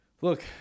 look